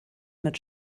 mit